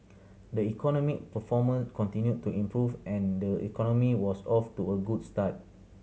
the economic performance continued to improve and the economy was off to a good start